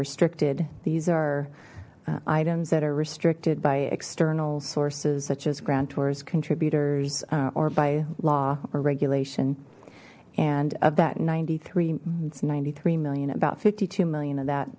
restricted these are items that are restricted by external sources such as grand tours contributors or by law or regulation and of that ninety three it's ninety three million about fifty two million of that